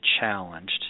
challenged